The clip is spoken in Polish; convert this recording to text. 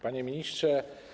Panie Ministrze!